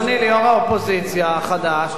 ליושב-ראש האופוזיציה החדש,